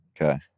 Okay